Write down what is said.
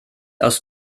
aus